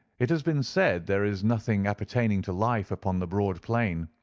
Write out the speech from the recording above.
it has been said there is nothing appertaining to life upon the broad plain.